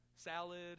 Salad